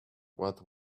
what